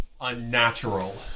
unnatural